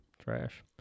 trash